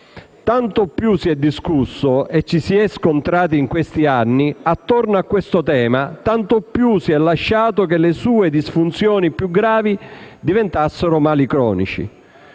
tanto più si è discusso e ci si è scontrati negli ultimi anni attorno a questo tema, tanto più si è lasciato che le sue disfunzioni più gravi diventassero mali cronici.